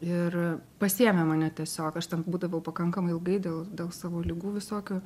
ir pasiėmė mane tiesiog aš ten būdavau pakankamai ilgai dėl dėl savo ligų visokių